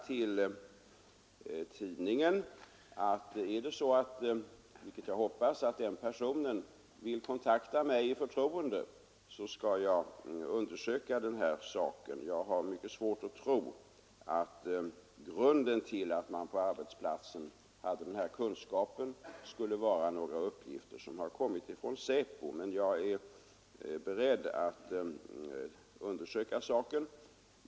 Till tidningen har jag sagt att om den personen — vilket jag hoppas — vill kontakta mig i förtroende, skall jag undersöka den här saken. Jag har mycket svårt att tro att grunden till att man på arbetsplatsen hade den här kunskapen skulle vara några uppgifter som har kommit från SÄPO, men jag är beredd att göra en undersökning.